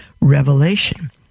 revelation